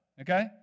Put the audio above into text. okay